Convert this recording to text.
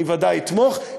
אני ודאי אתמוך.